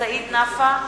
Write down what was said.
סעיד נפאע,